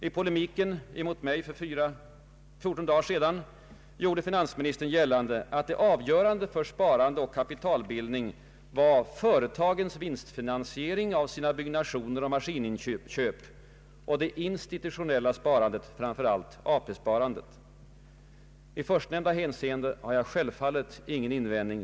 I polemik mot mig för 14 dagar sedan gjorde finansministern gällande att det avgörande för sparande och kapitalbildning var företagens vinstfinansiering av sina byggnationer och maskininköp och det institutionella sparandet, framför = allt AP-sparandet. I förstnämnda hänseende har jag självfallet ingen invändning.